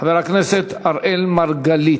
חבר הכנסת אראל מרגלית.